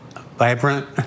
vibrant